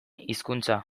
hizkuntza